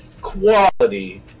quality